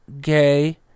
Gay